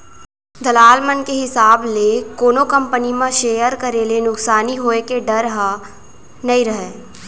दलाल मन के हिसाब ले कोनो कंपनी म सेयर करे ले नुकसानी होय के डर ह नइ रहय